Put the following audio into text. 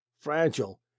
fragile